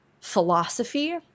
philosophy